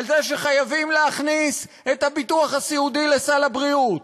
על זה שחייבים להכניס את הביטוח הסיעודי לסל הבריאות.